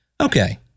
Okay